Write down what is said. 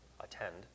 attend